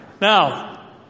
Now